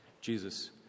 Jesus